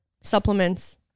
supplements